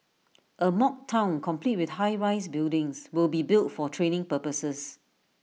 A mock Town complete with high rise buildings will be built for training purposes